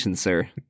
sir